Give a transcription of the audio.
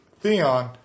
Theon